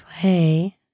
play